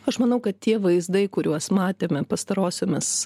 aš manau kad tie vaizdai kuriuos matėme pastarosiomis